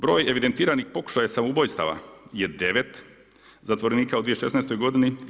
Broj evidentiranih pokušaja samoubojstava je 9 zatvorenika u 2016. godini.